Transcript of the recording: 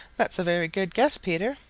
that's a very good guess, peter,